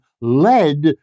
led